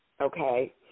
Okay